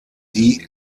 die